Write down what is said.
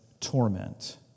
torment